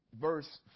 verse